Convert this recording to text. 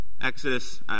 Exodus